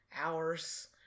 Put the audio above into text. hours